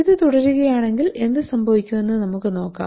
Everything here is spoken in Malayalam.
ഇത് തുടരുകയാണെങ്കിൽ എന്ത് സംഭവിക്കുമെന്ന് നമുക്ക് നോക്കാം